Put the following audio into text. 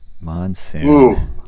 Monsoon